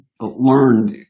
Learned